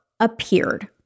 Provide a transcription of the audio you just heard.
Appeared